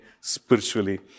spiritually